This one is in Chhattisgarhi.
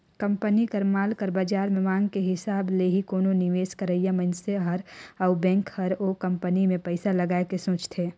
कंपनी कर माल कर बाजार में मांग के हिसाब ले ही कोनो निवेस करइया मनइसे हर अउ बेंक हर ओ कंपनी में पइसा लगाए के सोंचथे